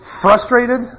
frustrated